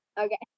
Okay